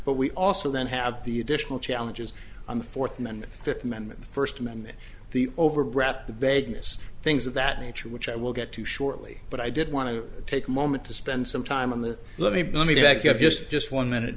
but we also then have the additional challenges on the fourth amendment fifth amendment the first amendment the over brat the beggar's things of that nature which i will get to shortly but i did want to take a moment to spend some time on the let me let me back up just just one minute